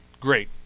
Great